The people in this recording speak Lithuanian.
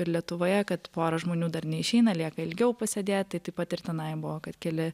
ir lietuvoje kad pora žmonių dar neišeina lieka ilgiau pasėdėt tai taip pat ir tenai buvo kad keli